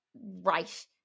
right